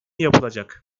yapılacak